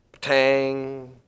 tang